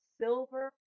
silver